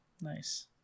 nice